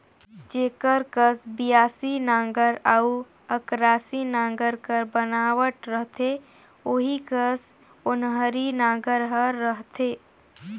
जेकर कस बियासी नांगर अउ अकरासी नागर कर बनावट रहथे ओही कस ओन्हारी नागर हर रहथे